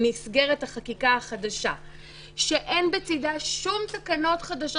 מסגרת החקיקה החדשה שאין בצידה שום תקנות חדשות